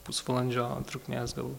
pusvalandžio trukmės gal